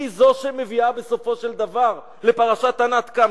היא זו שמביאה בסופו של דבר לפרשת ענת קם,